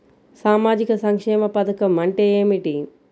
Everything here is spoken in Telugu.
సామాజిక సంక్షేమ పథకం అంటే ఏమిటి?